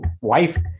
wife